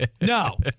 No